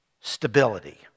stability